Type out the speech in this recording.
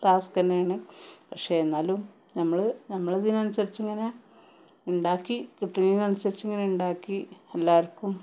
task തന്നെയാണ് പക്ഷേ എന്നാലും നമ്മൾ നമ്മൾ അതിനൻസുസരിച്ച് ഉണ്ടാക്കി കിട്ടുന്നതിനനുസരിച്ച് ഉണ്ടാക്കി എല്ലാവർക്കും